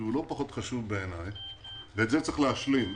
שהוא לא פחות חשוב בעיניי ואת זה צריך להשלים,